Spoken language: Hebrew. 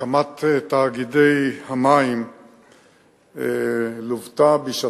הקמת תאגידי המים לוותה, בשעתה,